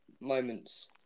moments